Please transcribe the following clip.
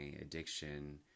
addiction